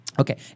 Okay